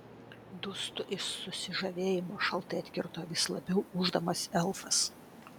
dūstu iš susižavėjimo šaltai atkirto vis labiau ūždamas elfas